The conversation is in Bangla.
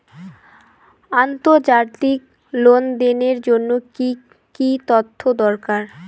আন্তর্জাতিক লেনদেনের জন্য কি কি তথ্য দরকার?